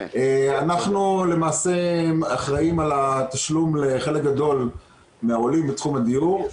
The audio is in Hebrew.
אנחנו למעשה אחראים על התשלום לחלק גדול מהעולים בתחום הדיור,